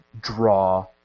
draw